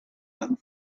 and